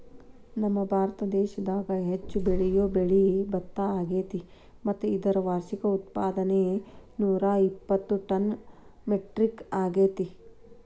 ನಮ್ಮಭಾರತ ದೇಶದಾಗ ಹೆಚ್ಚು ಬೆಳಿಯೋ ಬೆಳೆ ಭತ್ತ ಅಗ್ಯಾತಿ ಮತ್ತ ಇದರ ವಾರ್ಷಿಕ ಉತ್ಪಾದನೆ ನೂರಾಇಪ್ಪತ್ತು ಟನ್ ಮೆಟ್ರಿಕ್ ಅಗ್ಯಾತಿ